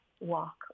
walk